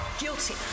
guilty